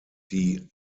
die